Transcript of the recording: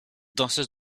danseuse